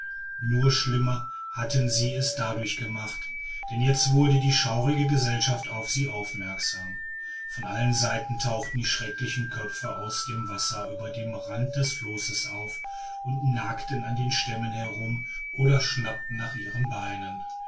nur schlimmer hatten sie es dadurch gemacht denn jetzt wurde die schaurige gesellschaft auf sie aufmerksam von allen seiten tauchten die schrecklichen köpfe aus dem wasser über dem rand des flosses auf und nagten an den stämmen herum oder schnappten nach ihren beinen